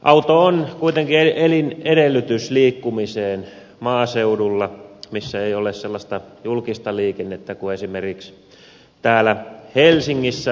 auto on kuitenkin elinedellytys liikkumiseen maaseudulla missä ei ole sellaista julkista liikennettä kuin esimerkiksi täällä helsingissä on